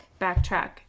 Backtrack